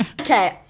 Okay